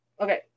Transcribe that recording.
Okay